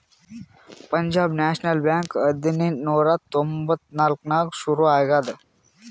Punjab National Bank ಹದಿನೆಂಟ್ ನೂರಾ ತೊಂಬತ್ತ್ ನಾಕ್ನಾಗ್ ಸುರು ಆಗ್ಯಾದ